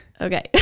Okay